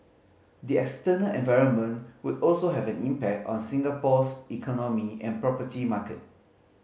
the external environment would also have an impact on Singapore's economy and property market